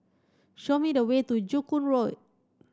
show me the way to Joo Koon Road